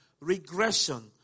regression